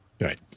Right